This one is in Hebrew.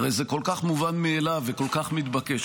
הרי זה כל כך מובן מאליו וכל כך מתבקש.